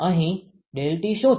અહીં ∆T શુ છે